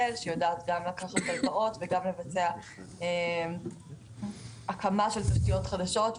שיודעת גם לקחת הלוואות וגם לבצע הקמה של תשתיות חדשות,